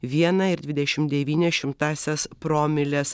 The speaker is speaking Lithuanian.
vieną ir dvidešimt devynias šimtasiąs promilės